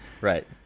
right